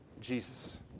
Jesus